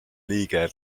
liige